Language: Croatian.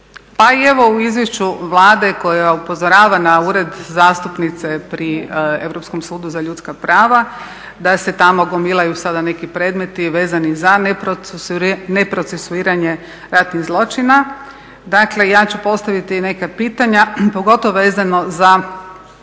pa evo i u izvješću Vlade koje upozorava na ured zastupnice pri Europskom sudu za ljudska prava da se tamo gomilaju sada neki predmeti vezani za neprocesuiranje ratnih zločina. Dakle ja ću postaviti i neka pitanja pogotovo vezano za